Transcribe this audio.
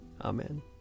Amen